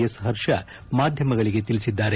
S Harsha ಮಾಧ್ವಮಗಳಿಗೆ ತಿಳಿಸಿದ್ದಾರೆ